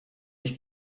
ich